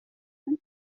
کنید